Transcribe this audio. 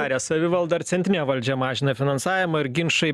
ar savivalda ar centrinė valdžia mažina finansavimą ir ginčai